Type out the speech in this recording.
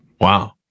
Wow